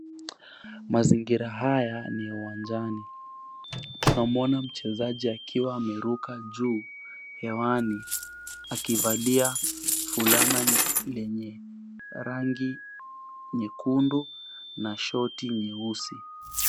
Mazingira haya ni ya uwanjani, tunamwona mchezaji akiwa ameruka juu hewani, akivalia fulana lenye rangi nyekundu na shoti nyeusi.